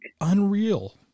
unreal